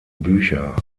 bücher